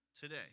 today